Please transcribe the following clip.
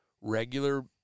regular